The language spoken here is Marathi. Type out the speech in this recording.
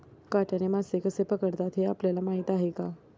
काट्याने मासे कसे पकडतात हे आपल्याला माहीत आहे का?